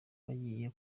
bagiye